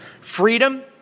Freedom